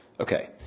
Okay